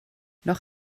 noch